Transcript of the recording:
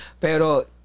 pero